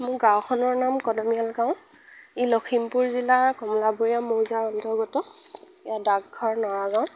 মোৰ গাঁওখনৰ নাম কদমীয়াল গাঁও ই লখিমপুৰ জিলাৰ কমলবাৰীয়া মৌজাৰ অন্তৰ্গত ইয়াৰ ডাকঘৰ নৰাগাঁও